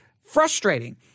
frustrating